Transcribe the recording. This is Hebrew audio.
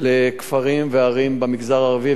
לכפרים וערים במגזר הערבי,